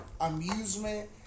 amusement